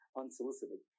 unsolicited